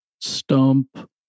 Stump